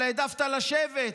אבל העדפת לשבת.